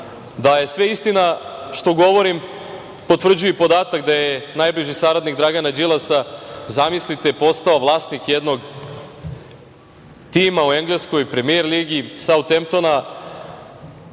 je sve istina što govorim potvrđuje i podatak da je najbliži saradnik Dragana Đilasa, zamislite, postao vlasnik jednog tima u engleskoj Premijer ligi „Sautemptona“,